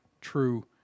true